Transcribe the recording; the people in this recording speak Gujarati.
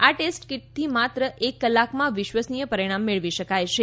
આ ટેસ્ટ કીટથી માત્ર એક કલાકમાં વિશ્વસનીય પરિણામ મેળવી શકાય છે